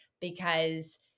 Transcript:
because-